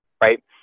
right